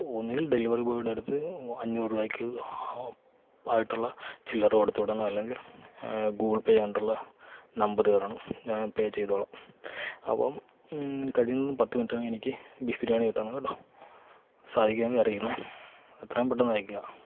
ഒന്നുകിൽ ഡെലിവറി ബോയുടെ അടുത്ത് അഞ്ഞൂറ് രൂപയ്ക്ക് ആയിട്ടുള്ള ചില്ലറ കൊടുത്തു വിടണം അല്ലെങ്കിൽ ഗൂഗിൾ പേ അണ്ടറിൽ നമ്പർ തരണം ഞാൻ പേ ചെയ്തോളാം അപ്പം കഴിയുന്നതും പത്തു മിനിറ്റിനകം എനിക്ക് ബീഫ് ബിരിയാണി കിട്ടണം കേട്ടോ സാധിക്കുമെങ്കിൽ അറിയിക്കണേ എത്രയും പെട്ടെന്ന് അയയ്ക്കുക